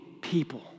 people